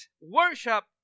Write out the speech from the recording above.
worship